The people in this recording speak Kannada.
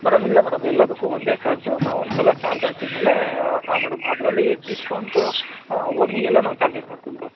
ಮೇಡಮ್ ಇಲ್ಲ ಮೇಡಮ್ ಎಲ್ಲದಕ್ಕೂ ಒಂದೇ ಚಾರ್ಜು ನಾವೊಂದು ಸಲ ಚಾರ್ಜ್ ಹಾಕಿದ ಮೇಲೆ ಆಂ ಮೇಡಮ್ ಅದರಲ್ಲಿ ಡಿಸ್ಕೌಂಟು ಹೋಗಿ ಎಲ್ಲ ನಾವು ಚಾರ್ಜಸ್ ಹಾಕ್ತೀವಿ ಮೇಡಮ್